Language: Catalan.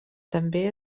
també